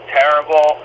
terrible